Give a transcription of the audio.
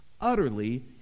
utterly